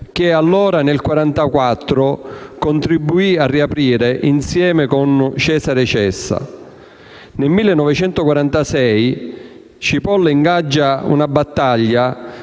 che allora, nel 1944, contribuì a riaprire insieme con Cesare Cessa. Nel 1946 Cipolla ingaggia una battaglia